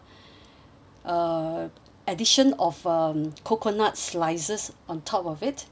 uh addition of um coconut slices on top of it